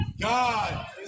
God